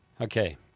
Okay